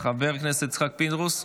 חבר הכנסת יצחק פינדרוס,